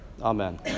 Amen